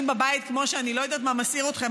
בבית כמו שאני לא יודעת מה מסעיר אתכם,